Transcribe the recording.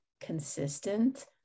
consistent